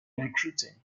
recruiting